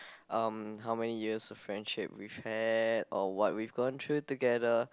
um how many years of friendships we've or what we've gone through together